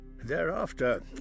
Thereafter